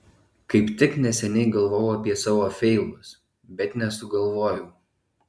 kaip tik neseniai galvojau apie savo feilus bet nesugalvojau